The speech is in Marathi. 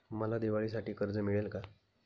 मला दिवाळीसाठी कर्ज मिळेल का?